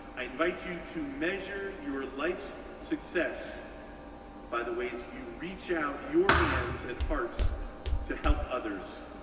i invite you to measure your life's success by the ways you reach out your hands and hearts to help others,